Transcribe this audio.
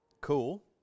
Cool